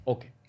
Okay